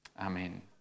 Amen